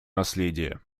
наследие